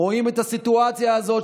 רואים את הסיטואציה הזאת,